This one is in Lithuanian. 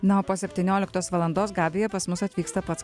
na o po septynioliktos valandos gabija pas mus atvyksta pats